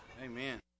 Amen